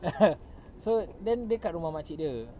(uh huh) so then dia kat rumah mak cik dia